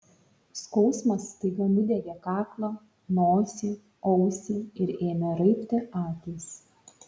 skausmas staiga nudiegė kaklą nosį ausį ir ėmė raibti akys